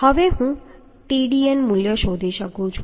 તેથી હવે હું Tdn મૂલ્ય શોધી શકું છું